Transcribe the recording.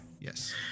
Yes